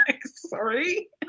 sorry